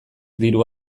diru